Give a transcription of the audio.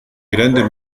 grandes